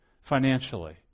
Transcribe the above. financially